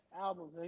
Albums